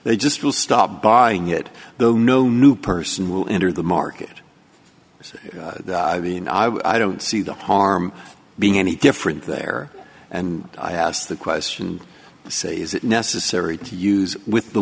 they just will stop buying it though no new person will enter the market so i don't see the harm being any different there and i asked the question say is it necessary to use with the